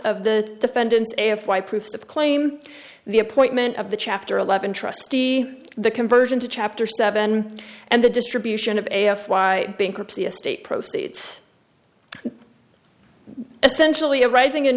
of the defendant if y proved of claim the appointment of the chapter eleven trustee the conversion to chapter seven and the distribution of a f why bankruptcy estate proceeds essentially a rising